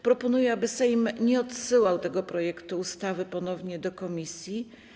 Proponuję, aby Sejm nie odsyłał tego projektu ustawy ponownie do komisji.